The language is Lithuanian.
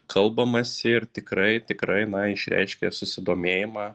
kalbamasi ir tikrai tikrai na išreiškė susidomėjimą